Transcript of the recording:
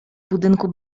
budynku